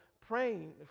praying